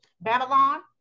Babylon